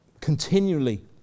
continually